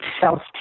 self